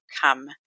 come